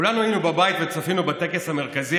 כולנו היינו בבית וצפינו בטקס המרכזי,